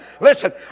Listen